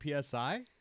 psi